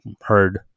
heard